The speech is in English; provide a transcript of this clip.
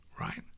right